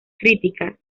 críticas